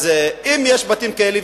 אם יש בתים כאלה,